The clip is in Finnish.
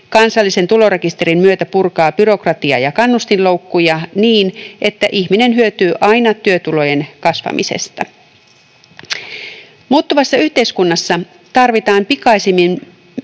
kansallisen tulorekisterin myötä purkaa byrokratia- ja kannustinloukkuja niin, että ihminen hyötyy aina työtulojen kasvamisesta. Muuttuvassa yhteiskunnassa täytyy pikaisesti